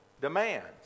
demands